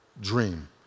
dream